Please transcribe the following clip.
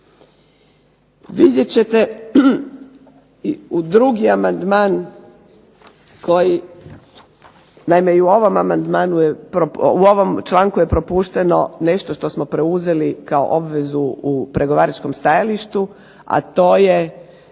Vidjet ćete u drugi amandman koji naime i u ovom članku je propušteno nešto što smo preuzeli kao obvezu u pregovaračkom stajalištu, a to je